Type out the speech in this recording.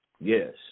yes